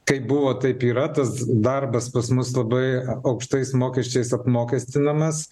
kaip buvo taip yra tas darbas pas mus labai aukštais mokesčiais apmokestinamas